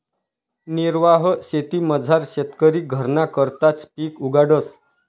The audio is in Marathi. निर्वाह शेतीमझार शेतकरी घरना करताच पिक उगाडस